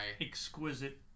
exquisite